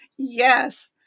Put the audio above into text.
yes